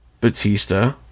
Batista